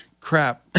crap